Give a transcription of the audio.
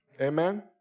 Amen